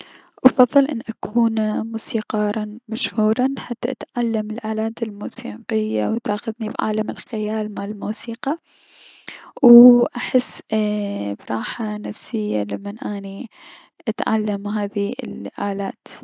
افضل انو اكون موسيقارا مشهورا حتى اتعلم الالات الموسيقية و تاخذني بعالم الخيال مال موسيقى و احي ايي- براحة نفسية لمن اني اتعلم هذي الألات.